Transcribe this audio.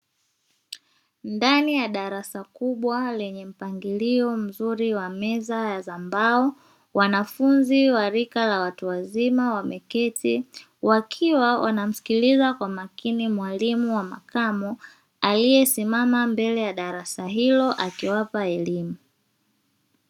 Ndani ya darasa kubwa lenye mpangilio mzuri wa meza za mbao, wanafunzi walika la watu wazima wameketi wakiwa wanamsikiliza kwa umakini mwalimu wa makamu, aliyesimama mbele ya darasa hilo akiwapa elimu.